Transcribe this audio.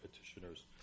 petitioners